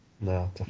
No